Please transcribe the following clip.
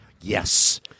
Yes